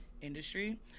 industry